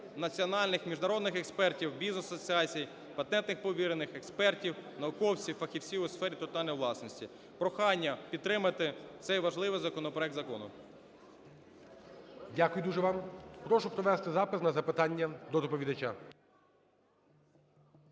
національних, міжнародних експертів, бізнес-асоціацій, патентних повірених, експертів, науковців, фахівців у сфері інтелектуальної власності. Прохання підтримати цей важливий проект закону. ГОЛОВУЮЧИЙ. Дякую дуже вам. Прошу провести запис на запитання до доповідача.